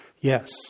Yes